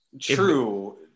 true